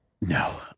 No